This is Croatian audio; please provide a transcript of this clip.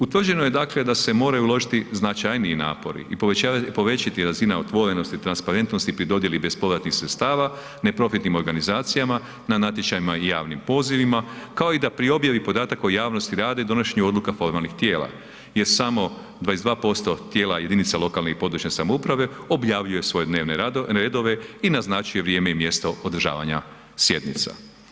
Utvrđeno je dakle da se moraju uložiti značajniji napori i povećati razina otvorenosti, transparentnosti pri dodijeli bespovratnih sredstava neprofitnim organizacijama, na natječajima i javnim pozivima, kao da i pri objavi podataka o javnosti rade i donošenju odluka formalnih tijela je samo 22% tijela jedinica lokalne i područne samouprave objavljuje svoje dnevne redove i naznačuje vrijeme i mjesto održavanja sjednica.